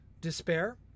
despair